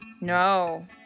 No